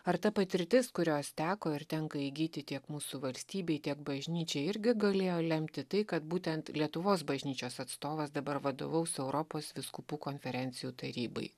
ar ta patirtis kurios teko ir tenka įgyti tiek mūsų valstybei tiek bažnyčiai irgi galėjo lemti tai kad būtent lietuvos bažnyčios atstovas dabar vadovaus europos vyskupų konferencijų tarybai